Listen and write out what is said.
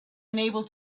unable